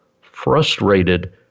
frustrated